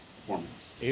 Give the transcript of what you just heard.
performance